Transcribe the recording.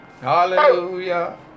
Hallelujah